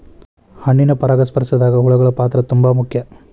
ಹಣ್ಣಿನ ಪರಾಗಸ್ಪರ್ಶದಾಗ ಹುಳಗಳ ಪಾತ್ರ ತುಂಬಾ ಮುಖ್ಯ